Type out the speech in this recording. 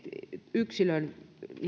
yksilön